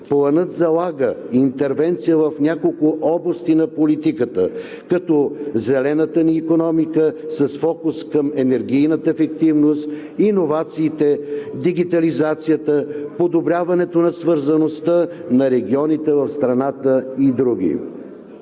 Планът залага интервенция в няколко области на политиката, като „зелената“ ни икономика с фокус към енергийната ефективност, иновациите, дигитализацията, подобряването на свързаността на регионите в страната и други.